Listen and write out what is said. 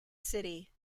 city